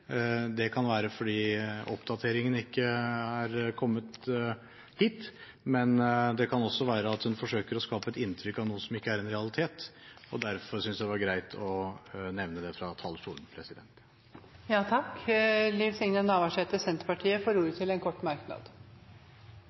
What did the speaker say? Det kan være fordi oppdateringene ikke er kommet hit, men det kan også være at hun forsøker å skape et inntrykk av noe som ikke er en realitet. Derfor syntes jeg det var greit å nevne det fra talerstolen. Representanten Liv Signe Navarsete har hatt ordet to ganger tidligere og får ordet til en kort merknad,